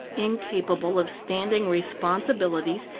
incapable of standing responsibilities,